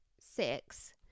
six